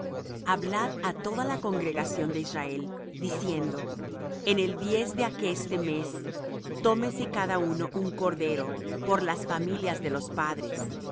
hablad á toda la congregación de israel diciendo en el diez de aqueste mes tómese cada uno un cordero por las familias de los padres